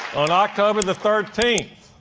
on october the thirteenth,